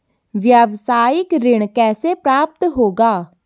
व्यावसायिक ऋण कैसे प्राप्त होगा?